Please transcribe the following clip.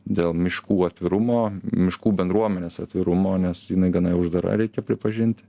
dėl miškų atvirumo miškų bendruomenės atvirumo nes jinai gana uždara reikia pripažinti